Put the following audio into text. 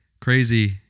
crazy